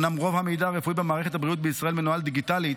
אומנם רוב המידע הרפואי במערכת הבריאות בישראל מנוהל דיגיטלית,